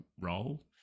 role